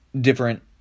different